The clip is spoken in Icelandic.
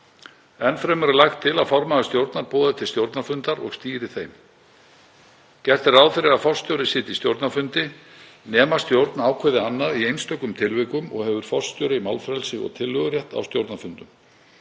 Enn fremur er lagt til að formaður stjórnar boði til stjórnarfunda og stýri þeim. Gert er ráð fyrir að forstjóri sitji stjórnarfundi nema stjórn ákveði annað í einstökum tilvikum og hefur forstjóri málfrelsi og tillögurétt á stjórnarfundum.